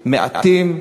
מעטים,